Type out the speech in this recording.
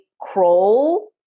crawl